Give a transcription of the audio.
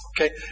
okay